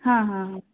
ହଁ ହଁ ହଁ